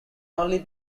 only